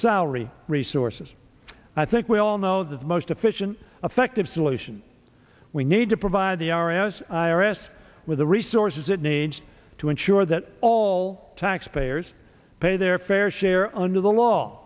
salary resource i think we all know the most efficient effective solution we need to provide the i r s i r s with the resources it needs to ensure that all taxpayers pay their fair share under the law